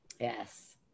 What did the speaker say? Yes